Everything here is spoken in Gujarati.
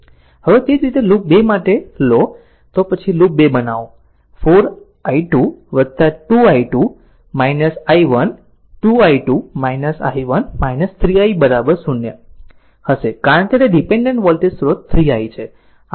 હવે તે જ રીતે લૂપ 2 માટે જો લૂપ 2 લો તો પછી તેને લૂપ 2 બનાવો તે4 i2 4 i2 2 i2 i2 i1 2 i2 i1 3 i 0 હશે કારણ કે તે ડીપેન્ડેન્ટ વોલ્ટેજ સ્રોત 3 i છે